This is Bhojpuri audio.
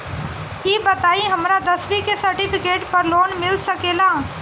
ई बताई हमरा दसवीं के सेर्टफिकेट पर लोन मिल सकेला?